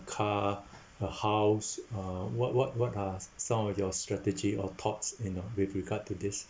car a house uh what what what are s~ some of your strategy or thoughts you know with regards to this